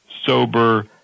sober